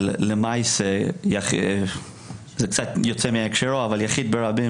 למעשה זה קצת יוצא מהקשרו אבל יחיד ברבים,